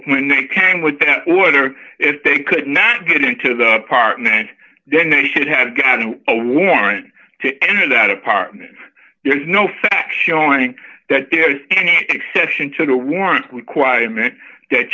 when they came with that order if they could not get into the apartment then they should have gotten a warrant to enter that apartment there's no phone i think that there is any exception to the warrant requirement that